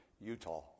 Utah